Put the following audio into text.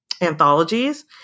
anthologies